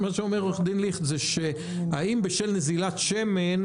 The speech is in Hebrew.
עורך הדין ליכט שואל, האם בשל נזילת שמן,